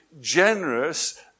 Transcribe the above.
generous